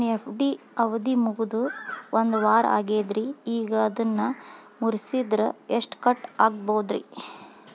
ನನ್ನ ಎಫ್.ಡಿ ಅವಧಿ ಮುಗಿದು ಒಂದವಾರ ಆಗೇದ್ರಿ ಈಗ ಅದನ್ನ ಮುರಿಸಿದ್ರ ಎಷ್ಟ ಕಟ್ ಆಗ್ಬೋದ್ರಿ?